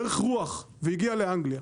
דרך רוח והגיעה לאנגליה,